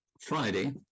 Friday